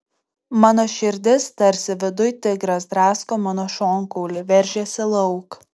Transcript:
mano širdis tarsi viduj tigras drasko mano šonkaulį veržiasi lauk